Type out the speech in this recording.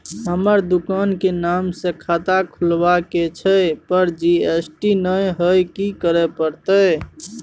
हमर दुकान के नाम से खाता खुलवाबै के छै पर जी.एस.टी नय हय कि करे परतै?